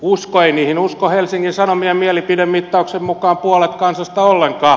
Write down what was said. ei niihin usko helsingin sanomien mielipidemittauksen mukaan puolet kansasta ollenkaan